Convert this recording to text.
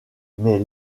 mais